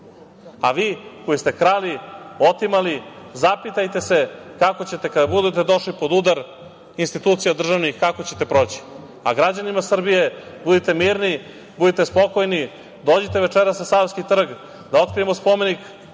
A, vi koji ste krali, otimali, zapitajte se kako ćete kada budete došli pod udar institucija državnih, kako ćete proći. A, građanima Srbije, budite mirni, budite spokojni. Dođite večeras na Savski trg, da otkrijemo spomenik